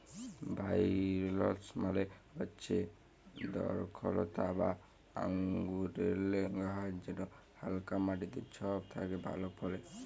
ভাইলস মালে হচ্যে দরখলতা বা আঙুরেল্লে গাহাচ যেট হালকা মাটিতে ছব থ্যাকে ভালো ফলে